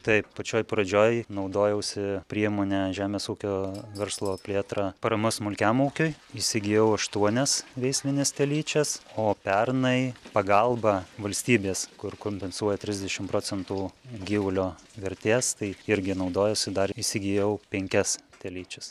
taip pačioj pradžioj naudojausi priemone žemės ūkio verslo plėtra parama smulkiam ūkiui įsigijau aštuonias veislines telyčias o pernai pagalba valstybės kur kompensuoja trisdešim procentų gyvulio vertės tai irgi naudojausi dar įsigijau penkias telyčias